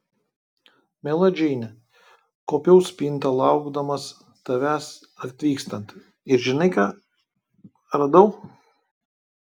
miela džeine kuopiau spintą laukdamas tavęs atvykstant ir žinai ką radau